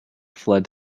fled